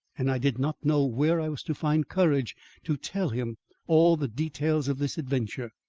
and i did not know where i was to find courage to tell him all the details of this adventure.